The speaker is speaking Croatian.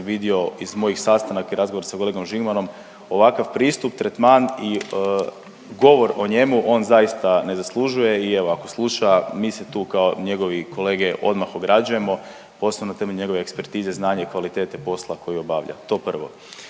vidio, iz mojih sastanaka i razgovora sa kolegom Žigmanom, ovakav pristup, tretman i govor o njemu, on zaista ne zaslužuje i evo ako sluša mi se tu kao njegovi kolege odmah ograđujemo. Posebno na temelju njegove ekspertize, znanja i kvalitete posla koji obavlja, to prvo.